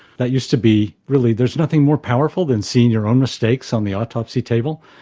that used to be, really, there's nothing more powerful than seeing your own mistakes on the autopsy table,